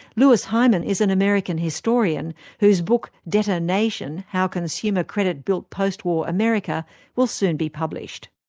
louis hyman is an american historian, whose book, debtor nation how consumer credit built postwar america will soon be published.